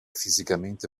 fisicamente